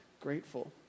grateful